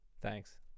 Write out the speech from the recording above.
Thanks